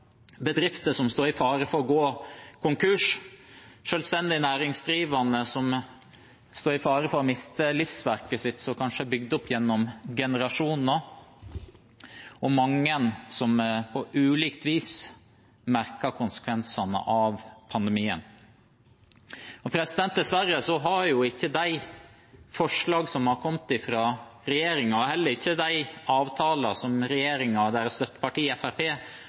bedrifter som står i fare for å gå konkurs, selvstendig næringsdrivende som står i fare for å miste livsverket sitt som kanskje er bygd opp gjennom generasjoner, og mange som på ulikt vis merker konsekvensene av pandemien. Dessverre har ikke de forslagene som er kommet fra regjeringen, heller ikke de avtalene som regjeringen og dens støtteparti